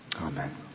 Amen